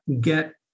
get